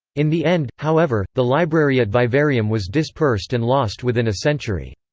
in the end, however, the library at vivarium was dispersed and lost within a century.